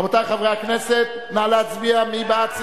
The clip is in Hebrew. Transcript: רבותי חברי הכנסת, נא להצביע, מי בעד?